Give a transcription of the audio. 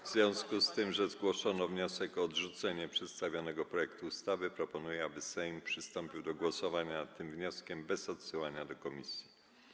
W związku z tym, że zgłoszono wniosek o odrzucenie przedstawionego projektu ustawy, proponuję, aby Sejm przystąpił do głosowania nad tym wnioskiem bez odsyłania go do komisji.